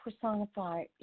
personify